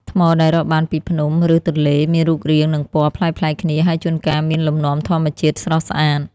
ថ្មដែលរកបានពីភ្នំ ឬទន្លេ មានរូបរាង និងពណ៌ប្លែកៗគ្នា ហើយជួនកាលមានលំនាំធម្មជាតិស្រស់ស្អាត។